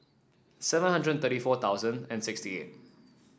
seven hundred and thirty four thousand and sixty eight